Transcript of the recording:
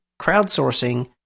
crowdsourcing